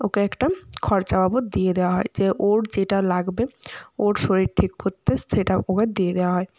ওকে একটা খরচা বাবদ দিয়ে দেওয়া হয় যে ওর যেটা লাগবে ওর শরীর ঠিক করতে সেটা ওকে দিয়ে দেওয়া হয়